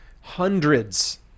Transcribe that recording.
hundreds